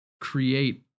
create